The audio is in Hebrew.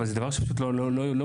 אבל זה דבר שפשוט לא מובן.